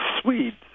Swedes